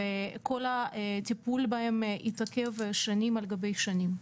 וכל הטיפול בהם התעכב שנים על גבי שנים.